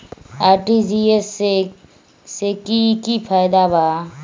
RTGS से की की फायदा बा?